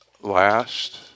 last